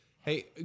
Hey